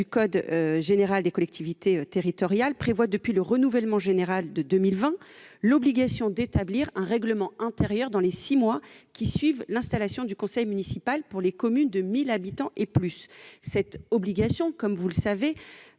code général des collectivités territoriales prévoit l'obligation, à compter du renouvellement général de 2020, d'établir un règlement intérieur dans les six mois qui suivent l'installation du conseil municipal pour les communes de 1 000 habitants et plus. Cette obligation, comme vous l'avez